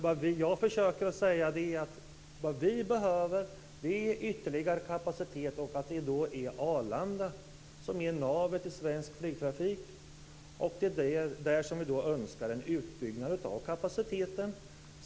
Vad jag försöker säga är att vi behöver ytterligare kapacitet och att Arlanda är navet i svensk flygtrafik. Vi önskar en utbyggnad av kapaciteten där.